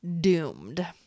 doomed